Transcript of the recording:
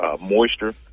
moisture